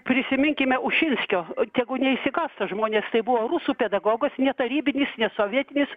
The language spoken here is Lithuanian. prisiminkime ušinskio tegu neišsigąsta žmonės tai buvo rusų pedagogas netarybinis nesovietinis